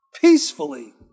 peacefully